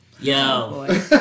Yo